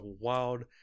wild